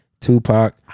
Tupac